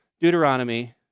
Deuteronomy